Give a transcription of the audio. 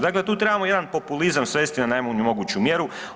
Dakle tu trebamo jedan populizam smjesti na najmanju moguću mjeru.